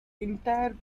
entire